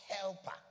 helper